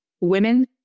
women